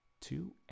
Two